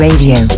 Radio